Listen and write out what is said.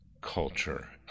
culture